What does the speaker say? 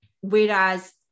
whereas